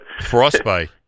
Frostbite